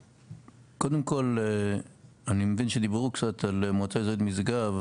קודם כל אני מבין שדיברו קצת על מועצה אזורית משגב,